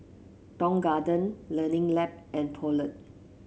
Tong Garden Learning Lab and Poulet